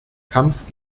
kampf